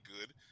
good